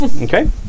Okay